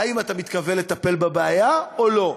האם אתה מתכוון לטפל בבעיה או לא?